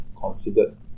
considered